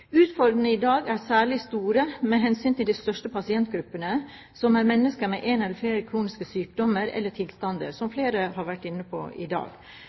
Utfordringene i dag er særlig store med hensyn til de største pasientgruppene, som er mennesker med én eller flere kroniske sykdommer eller tilstander, som flere har vært inne på i dag.